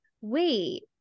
wait